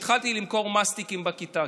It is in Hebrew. התחלתי למכור מסטיקים בכיתה,